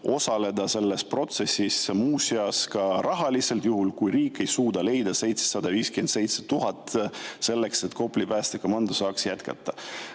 osaleda selles protsessis, muuseas ka rahaliselt, juhul kui riik ei suuda leida 757 000 [eurot] selleks, et Kopli päästekomando saaks jätkata.